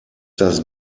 das